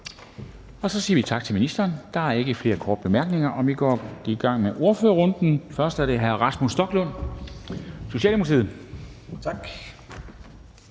Så siger vi tak til ministeren. Der er ikke flere korte bemærkninger, og vi går i gang med ordførerrunden. Det er først hr. Rasmus Stoklund, Socialdemokratiet. Kl.